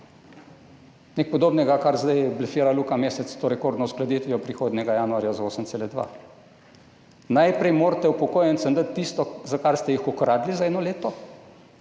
Nekaj podobnega, kar zdaj blefira Luka Mesec s to rekordno uskladitvijo prihodnjega januarja za 8,2 %. Najprej morate upokojencem dati tisto, za kar ste jih okradli v enem letu,